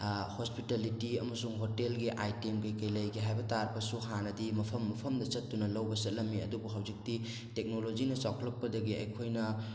hospitality ꯑꯃꯁꯨꯡ ꯍꯣꯇꯦꯜꯒꯤ item ꯀꯩꯀꯩ ꯂꯩꯒꯦ ꯍꯥꯏꯕ ꯇꯥꯔꯛꯄꯁꯨ ꯍꯥꯟꯅꯗꯤ ꯃꯐꯝ ꯃꯐꯝꯗ ꯆꯠꯇꯨꯅ ꯂꯧꯕ ꯆꯠꯂꯝꯃꯤ ꯑꯗꯨꯕꯨ ꯍꯧꯖꯤꯛꯇꯤ ꯇꯦꯛꯅꯣꯂꯣꯖꯤꯅ ꯆꯥꯎꯈꯠꯂꯛꯄꯗꯒꯤ ꯑꯩꯈꯣꯏꯅ